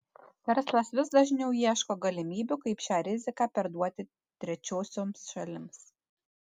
verslas vis dažniau ieško galimybių kaip šią riziką perduoti trečiosioms šalims